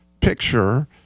picture